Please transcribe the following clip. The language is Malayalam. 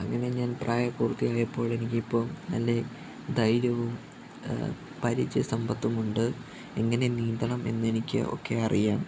അങ്ങനെ ഞാൻ പ്രായപൂർത്തിയായപ്പോള് എനിക്ക് ഇപ്പോള് നല്ല ധൈര്യവും ഭാരിച്ച സമ്പത്തുമുണ്ട് എങ്ങനെ നീന്തണം എന്നെനിക്ക് ഒക്കെ അറിയാം